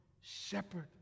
shepherd